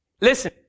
Listen